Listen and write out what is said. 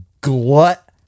glut